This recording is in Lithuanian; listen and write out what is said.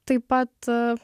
taip pat